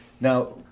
now